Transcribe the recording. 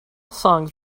songs